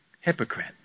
Hypocrite